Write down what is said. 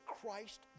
Christ